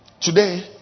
Today